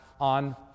on